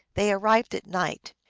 they arrived at night.